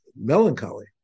melancholy